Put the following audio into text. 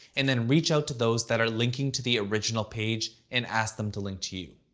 and then reach out to those that are linking to the original page and ask them to link to you.